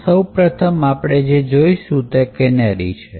તો સૌ પ્રથમ આપણે જોઇશું તે કેનેરી છે